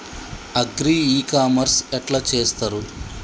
Agri ecommerce ఎట్ల చేస్తరు?